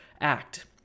act